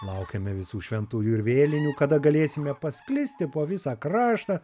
laukiame visų šventųjų ir vėlinių kada galėsime pasklisti po visą kraštą